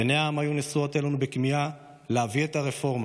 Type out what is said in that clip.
עיני העם היו נשואות אלינו בכמיהה להביא את הרפורמה,